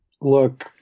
look